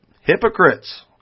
hypocrites